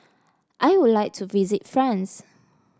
I would like to visit France